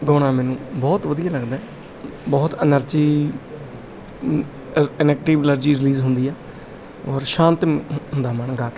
ਗਾਉਣਾ ਮੈਨੂੰ ਬਹੁਤ ਵਧੀਆ ਲੱਗਦਾ ਬਹੁਤ ਐਨਰਜੀ ਅ ਐਨਰਜੀ ਰਿਲੀਜ਼ ਹੁੰਦੀ ਆ ਔਰ ਸ਼ਾਂਤ ਹੁੰਦਾ ਮਨ ਗਾ ਕੇ